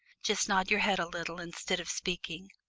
just nod your head a little, instead of speaking.